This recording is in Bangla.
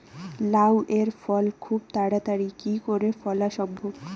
লাউ এর ফল খুব তাড়াতাড়ি কি করে ফলা সম্ভব?